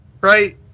right